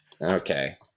Okay